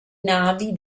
navi